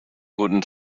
guten